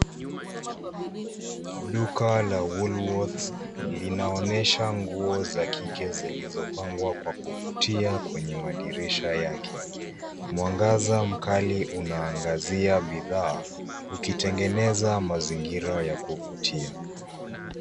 Duka la WOOLWORTS.Linaonyesha nguo za kike zilizopangwa kwa kuvutia kwenye madirisha yake. Mwangaza mkali unaangazia bidhaa, ukitengeneza mazingira ya kuvutia